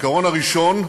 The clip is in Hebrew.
העיקרון הראשון,